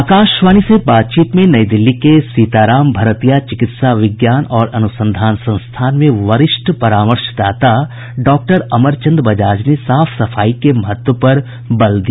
आकाशवाणी से बातचीत में नई दिल्ली के सीताराम भरतिया चिकित्सा विज्ञान और अनुसंधान संस्थान में वरिष्ठ परामर्शदाता डॉक्टर अमर चन्द बजाज ने साफ सफाई के महत्व पर जोर दिया